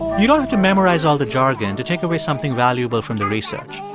you don't have to memorize all the jargon to take away something valuable from the research.